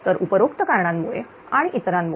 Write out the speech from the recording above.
तर उपरोक्त कारणांमुळे आणि इतरांमुळे